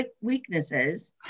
weaknesses